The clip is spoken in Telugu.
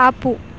ఆపు